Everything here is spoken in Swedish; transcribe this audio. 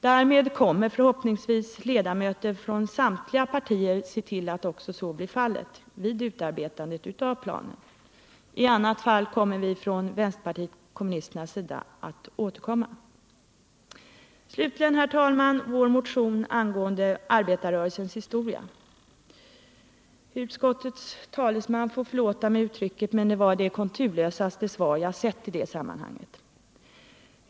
Därmed kommer förhoppningsvis ledamöter från samtliga partier att se till att så också blir fallet vid utarbetandet av planen. I annat fall kommer vi från vpk:s sida att återkomma. Slutligen, herr talman, några ord om vår motion om arbetarrörelsens historia. Utskottets talesman får förlåta mig uttrycket, men utskottets yttrande är det konturlösaste svar jag sett i detta sammanhang.